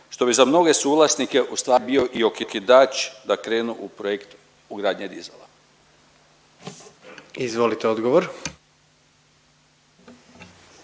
što bi za mnoge suvlasnike ustvari bio i okidač da krenu u projekt ugradnje dizala?